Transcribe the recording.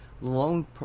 loan